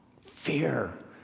fear